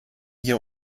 hier